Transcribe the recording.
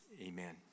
Amen